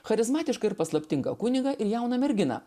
charizmatišką ir paslaptingą kunigą ir jauną merginą